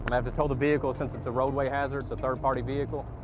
um have to tow the vehicle since it's a roadway hazard. it's a third party vehicle.